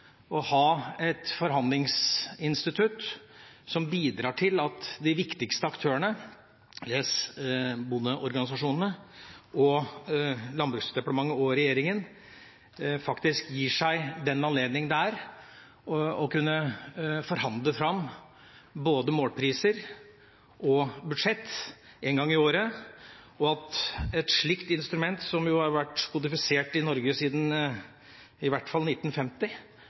å ha et forhandlingsinstitutt som bidrar til at de viktigste aktørene – les: bondeorganisasjonene, Landbruksdepartementet og regjeringen – gis anledning til å kunne forhandle fram både målpriser og budsjett én gang i året, og at et slikt instrument, som har vært kodifisert i Norge i hvert fall siden 1950,